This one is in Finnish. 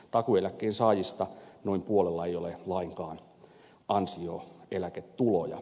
takuueläkkeen saajista noin puolella ei ole lainkaan ansioeläketuloja